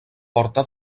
porta